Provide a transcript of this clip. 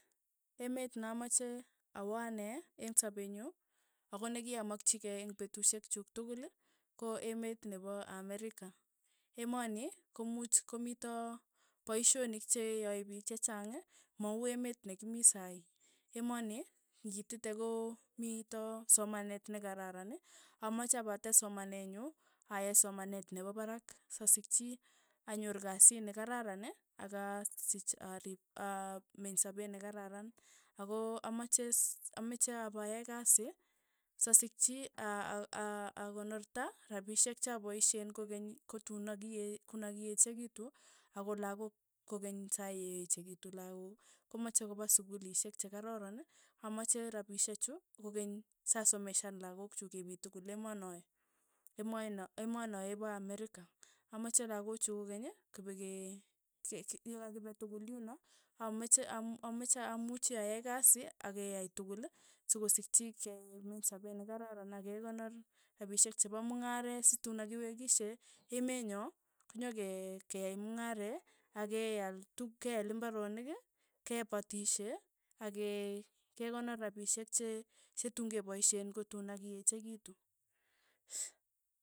Emet na mache awa anee ensapeenyu ako nekiamakchikeieng' petushek chuk tukul ko emet nepo amerika, emoni komuuch komito paishonik che yae piik chechang, ma uu emet nekimii saii, emoni, ng'iititee koo mito somanet nekararan, amache pa tes somanenyu, aai somanet nepo parak, sasikchi anyor kasit nekararan ak asiich arip aameny sapet nekararan, ako amache ss ameche apaiyai kasi sasikchi a- a- akonorta rapishek chapaisheen kokeny kotuun nakiee konakiechekitu ako lakok kokeny saii chekitu lakok, komache kopa sukulishek che kararan, amache rapishek chu kokeny sasomeshan lakok chu kemiii tukul emonoe, emoeno emonoe ipa amerika, amache lakochu kokeny kepeke ke- ke yikakipe tukul yuno amache amache amuchi ayai kasi akeyai tukul sokosikchi kemeny sapet nekararan ak kekonor rapishek chepo mung'aret situn nakiwekishe emenyo, nyake ke yae mung'are, akeal tuk keal mbaronik, kepatishe ake kekonor rapishek che chetuun kepaishe kotuun nakiechekitu.